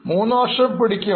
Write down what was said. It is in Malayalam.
മൂന്നുവർഷം പിടിക്കും